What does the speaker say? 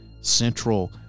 central